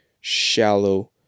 shallow